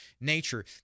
nature